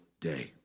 day